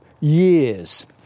years